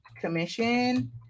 commission